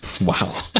Wow